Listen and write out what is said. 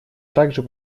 также